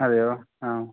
അതെയോ ആ